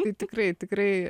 tai tikrai tikrai